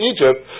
Egypt